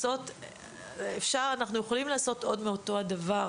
אנחנו יכולים לעשות עוד מאותו הדבר,